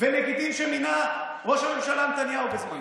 ונגידים שמינה ראש הממשלה נתניהו בזמנו,